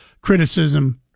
criticism